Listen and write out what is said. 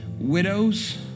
Widows